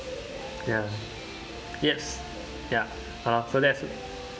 ya yes ya !huh! so that's